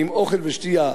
להכניס אותם לשם,